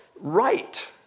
right